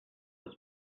was